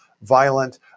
violent